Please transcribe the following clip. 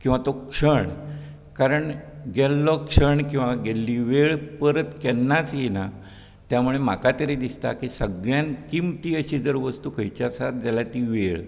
किंवा तो क्षण कारण गेल्लो क्षण किंवा गेल्ली वेळ परत केन्नाच येना त्या मुळे म्हाका तरी दिसता कि सगळ्यांत किंमती आशी जर वस्तू खंयची आसत जाल्यार ती वेळ